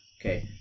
Okay